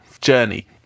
Journey